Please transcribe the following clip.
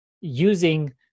using